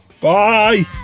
Bye